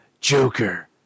Joker